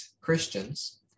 Christians